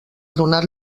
donar